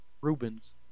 Rubens